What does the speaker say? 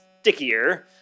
stickier